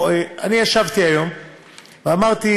אני ישבתי היום ואמרתי: